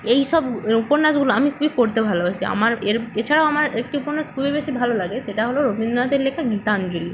এই সব উপন্যাসগুলো আমি খুবই পড়তে ভালোবাসি আমার এর এছাড়াও আমার একটি উপন্যাস খুবই বেশি ভালো লাগে সেটা হলো রবীন্দ্রনাথের লেখা গীতাঞ্জলি